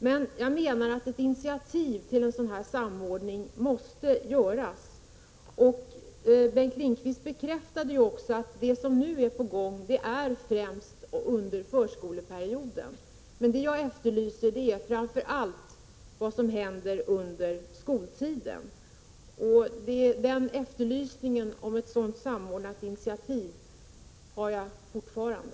Men jag menar att ett initiativ till samordning måste tas. Bengt Lindqvist bekräftade också att det som nu är på gång främst gäller förskoleperioden. Det jag efterlyser är framför allt vad som kan göras under skoltiden. Ett sådant samordnat initiativ efterlyser jag fortfarande.